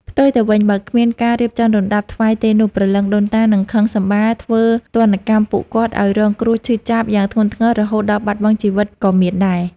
ផ្ទុយទៅវិញបើគ្មានការរៀបចំរណ្ដាប់ថ្វាយទេនោះព្រលឹងដូនតានឹងខឹងសម្បាធ្វើទណ្ឌកម្មពួកគាត់ឲ្យរងគ្រោះឈឺចាប់យ៉ាងធ្ងន់ធ្ងរ រហូតដល់បាត់បង់ជីវិតក៏មានដែរ ។